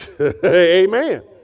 Amen